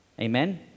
amen